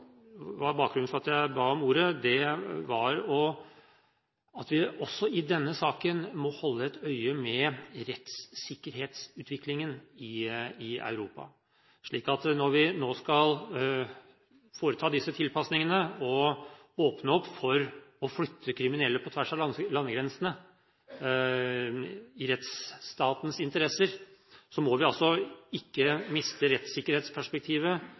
var bakgrunnen for at jeg ba om ordet, var at vi også i denne saken må holde et øye med rettssikkerhetsutviklingen i Europa, slik at vi, når vi nå skal foreta disse tilpasningene, og åpne opp for å flytte kriminelle på tvers av landegrensene i rettsstatens interesse, ikke mister rettssikkerhetsperspektivet av syne. Vi må